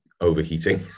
overheating